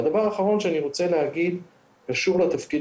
והדבר האחרון שאני רוצה להגיד קשור לתפקיד